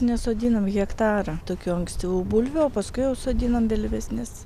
nesodinam hektarą tokių ankstyvų bulvių o paskui jau sodinam vėlyvesnes